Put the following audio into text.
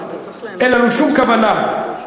אין לנו שום כוונה,